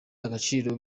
agaciro